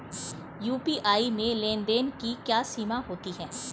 UPI में लेन देन की क्या सीमा होती है?